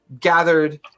gathered